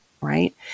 right